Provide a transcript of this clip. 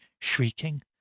shrieking